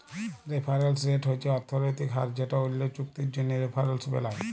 referrals rate হছে অথ্থলৈতিক হার যেট অল্য চুক্তির জ্যনহে রেফারেলস বেলায়